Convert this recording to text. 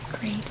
Great